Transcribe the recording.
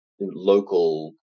local